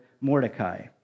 Mordecai